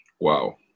Wow